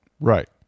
Right